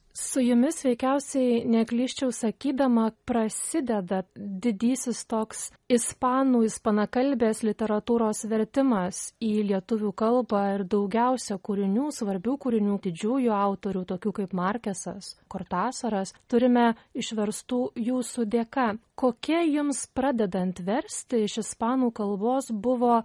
su jumis veikiausiai neklysčiau sakydama prasideda didysis toks ispanų ispanakalbės literatūros vertimas į lietuvių kalbą ir daugiausia kūrinių svarbių kūrinių didžiųjų autorių tokių kaip markesas kortasaras turime išverstų jūsų dėka kokia jums pradedant versti iš ispanų kalbos buvo